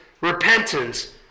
repentance